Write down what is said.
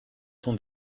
son